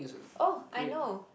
oh I know